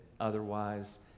otherwise